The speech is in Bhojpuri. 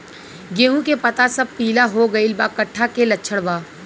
गेहूं के पता सब पीला हो गइल बा कट्ठा के लक्षण बा?